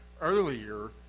earlier